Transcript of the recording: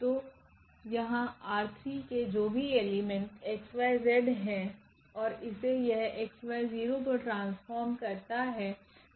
तो यहां के जो भी एलिमेंट 𝑥 𝑦 𝑧 है ओर इसे यह 𝑥 𝑦 0 पर ट्रांसफॉर्म करता है